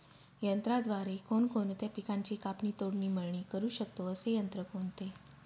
यंत्राद्वारे कोणकोणत्या पिकांची कापणी, तोडणी, मळणी करु शकतो, असे यंत्र कोणते?